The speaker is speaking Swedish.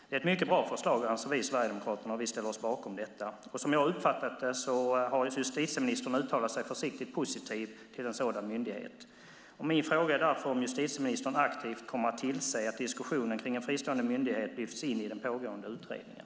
Det är ett mycket bra förslag, anser vi i Sverigedemokraterna, och vi ställer oss bakom detta. Som jag har uppfattat det har justitieministern uttalat sig försiktigt positivt till en sådan myndighet. Min fråga är därför om justitieministern aktivt kommer att tillse att diskussionen kring en fristående myndighet lyfts in i den pågående utredningen.